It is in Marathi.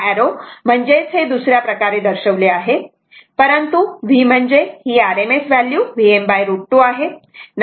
हा अँरो म्हणजेच हे दुसर्या प्रकारे दर्शवले आहे परंतु v म्हणजे ही RMS व्हॅल्यू Vm√ 2 आहे